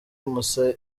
musa